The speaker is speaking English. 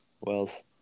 Wells